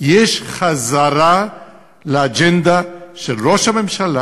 יש חזרה לאג'נדה של ראש הממשלה,